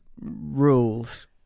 rules